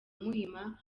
muhima